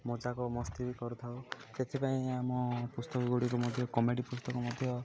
ମଜାକ ମସ୍ତି ବି କରିଥାଉ ସେଥିପାଇଁ ଆମ ପୁସ୍ତକ ଗୁଡ଼ିକୁ ମଧ୍ୟ କମେଡ଼ି ପୁସ୍ତକ ମଧ୍ୟ